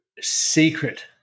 secret